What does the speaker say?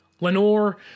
lenore